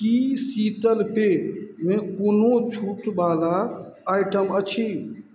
की शीतल पेय मे कोनो छूट बला आइटम अछि